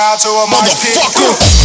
Motherfucker